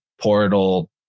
portal